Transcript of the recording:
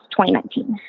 2019